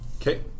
Okay